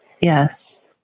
Yes